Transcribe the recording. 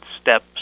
steps